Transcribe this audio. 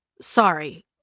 Sorry